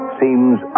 seems